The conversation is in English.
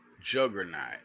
juggernaut